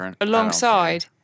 alongside